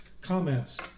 comments